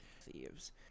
Thieves